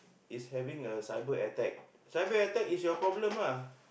is having a cyber attack cyber attack is your problem ah